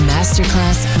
Masterclass